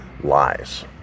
lies